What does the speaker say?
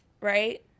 Right